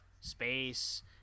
space